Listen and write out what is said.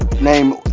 name